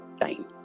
time